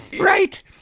Right